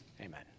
amen